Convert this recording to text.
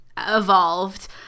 evolved